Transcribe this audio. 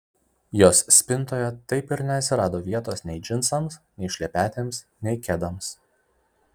jos spintoje taip ir neatsirado vietos nei džinsams nei šlepetėms nei kedams